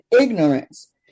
ignorance